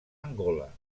angola